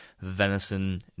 venison